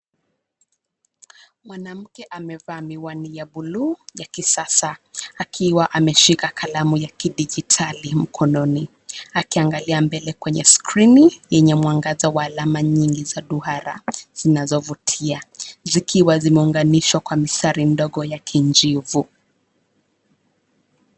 Mwanamke amevaa miwani ya bluu ya kisasa akiwa ameshika kalamu ya kidijitali mkononi akiangalia mbele kwenye skrini yenye mwangaza wa alama nyingi za duara zinazovutia zikiwa zimeunganishwa na mistari midogo ya kijivu.